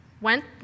went